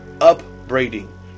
upbraiding